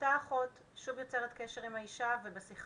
אותה האחות שוב יוצרת קשר עם אותה אישה ובשיחה